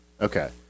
Okay